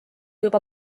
juba